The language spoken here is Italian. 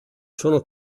sono